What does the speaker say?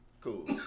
Cool